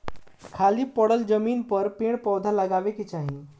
खाली पड़ल जमीन पर पेड़ पौधा लगावे के चाही